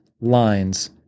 lines